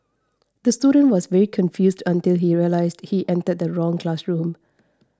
the student was very confused until he realised he entered the wrong classroom